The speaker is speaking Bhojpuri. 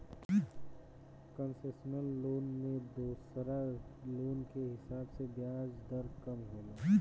कंसेशनल लोन में दोसर लोन के हिसाब से ब्याज दर कम होला